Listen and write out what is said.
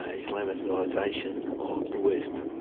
ah islamicisation of the west.